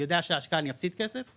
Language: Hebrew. אני יודע שבהשקעה אני אפסיד כסף,